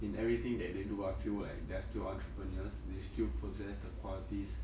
in everything that they do I feel like they're still entrepreneurs they still possess the qualities